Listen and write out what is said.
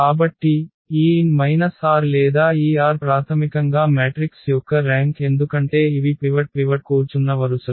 కాబట్టి ఈ n r లేదా ఈ r ప్రాథమికంగా మ్యాట్రిక్స్ యొక్క ర్యాంక్ ఎందుకంటే ఇవి పివట్ కూర్చున్న వరుసలు